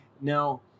Now